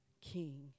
king